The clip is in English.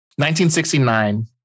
1969